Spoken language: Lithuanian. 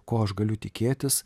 ko aš galiu tikėtis